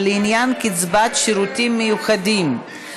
הצעת חוק קיצור תקופת הצינון לבכירי מערכת הביטחון (תיקוני חקיקה),